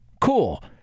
cool